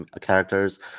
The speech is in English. characters